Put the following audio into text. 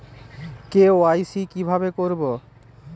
KYC কিভাবে করব?